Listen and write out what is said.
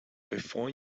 before